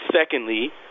Secondly